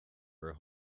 are